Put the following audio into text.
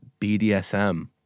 BDSM